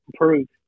improved